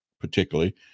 particularly